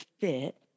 fit